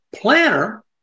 Planner